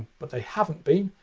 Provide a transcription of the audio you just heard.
but they haven't be.